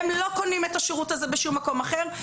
החטיבות והתיכונים לא קונים את השירות הזה בשום מקום אחר.